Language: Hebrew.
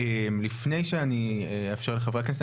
לפני שאני אאפשר לחברי הכנסת,